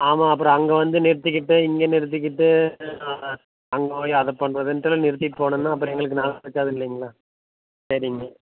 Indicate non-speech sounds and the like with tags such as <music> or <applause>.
ஆமாம் அப்புறம் அங்கே வந்து நிறுத்திக்கிட்டு இங்கே நிறுத்திக்கிட்டு <unintelligible> அங்கே போய் அதை பண்றதுன்ட்டுல நிறுத்திட்டு போகணுன்னா அப்புறம் எங்களுக்கு நல்லா இருக்காதில்லைங்களா சரிங்க